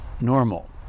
normal